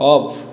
of